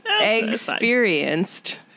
Experienced